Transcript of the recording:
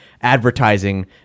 advertising